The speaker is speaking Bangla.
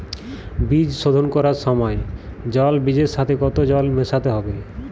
বীজ শোধন করার সময় জল বীজের সাথে কতো জল মেশাতে হবে?